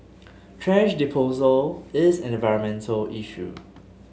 thrash disposal is an environmental issue